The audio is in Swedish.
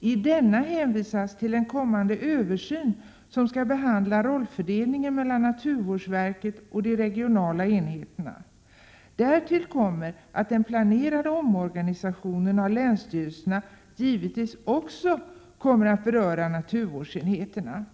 I denna hänvisas till en kommande översyn som skall behandla rollfördelningen mellan naturvårdsverket och de regionala enheterna. Därtill kommer att den planerade omorganisationen av länsstyrelserna givetvis också kommer att beröra naturvårdsenheterna.